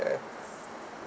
where